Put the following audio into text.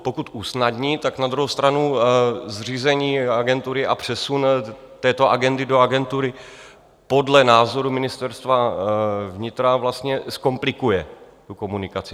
Pokud usnadní, tak na druhou stranu zřízení agentury a přesun této agendy do agentury podle názoru Ministerstva vnitra vlastně zkomplikuje tu komunikaci.